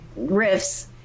riffs